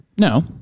No